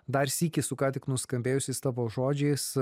dar sykį su ką tik nuskambėjusiais tavo žodžiais